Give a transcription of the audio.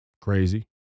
crazy